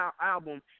album